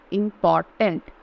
important